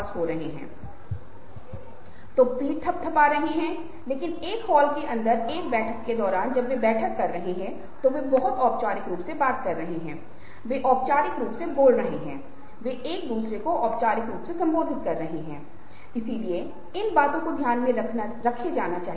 दूसरी ओर यदि आप सामने आ रही अभिव्यक्ति को देख रहे हैं जिसका अर्थ है कि ये वास्तविक अभिव्यक्ति नहीं हैं कोई व्यक्ति इन्हें बनाने की कोशिश कर रहा है तो आप पाते हैं कि पहला वह है जो मुस्कुराहट का संचार करने वाला है